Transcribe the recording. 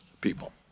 people